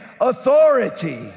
authority